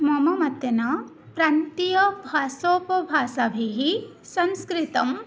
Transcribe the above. मम मतेन प्रान्तीयभाषोपभाषाभिः संस्कृतं